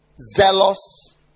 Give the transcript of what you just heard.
zealous